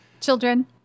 Children